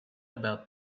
about